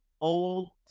old